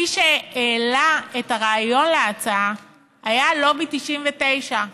מי שהעלה את הרעיון להצעה היה לובי 99,